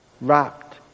wrapped